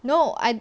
no I